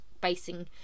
basing